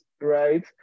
right